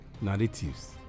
narratives